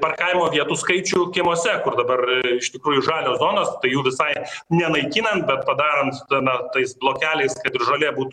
parkavimo vietų skaičių kiemuose kur dabar iš tikrųjų žalios zonos jų visai nenaikinant bet padarant tenai tais blokeliais kad ir žolė būtų